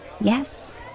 Yes